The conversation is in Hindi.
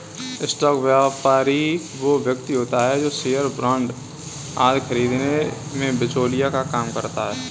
स्टॉक व्यापारी वो व्यक्ति होता है जो शेयर बांड आदि खरीदने में बिचौलिए का काम करता है